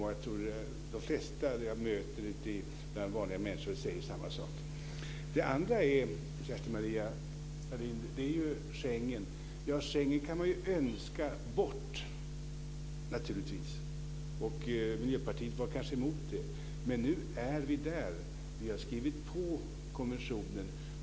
Och de flesta som jag möter bland vanliga människor säger samma sak. Schengen kan man naturligtvis önska bort. Miljöpartiet var kanske emot det, men nu är vi där. Vi har skrivit på konventionen.